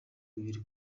bibiri